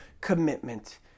commitment